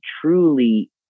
truly